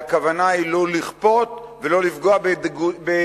והכוונה היא לא לכפות ולא לפגוע במסורתיים,